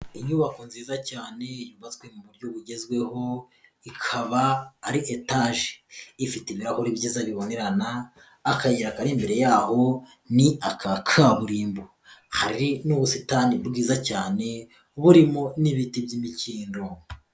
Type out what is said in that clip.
Inyubako nziza cyane yubatswe mu buryo bugezweho ikaba ari etaje ifite ibirahuri byiza bibonerana, akayira kari imbere yaho ni aka kaburimbo, hari n'ubusitani bwiza cyane burimo n'ibiti by'imikindo.